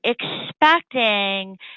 expecting